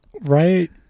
Right